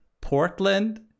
Portland